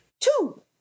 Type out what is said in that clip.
Two